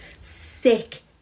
sick